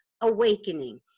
awakening